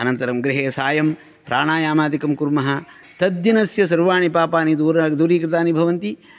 अनन्तरं गृहे सायं प्राणायामादिकं कुर्मः तद्दिनस्य सर्वाणि पापानि दूरीकृतानि भवन्ति